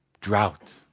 drought